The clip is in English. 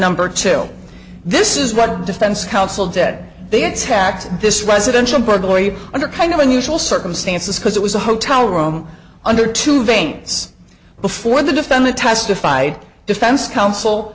number two this is what defense counsel dead they attacked this residential burglary under kind of unusual circumstances because it was a hotel room under two veins before the defendant testified defense counsel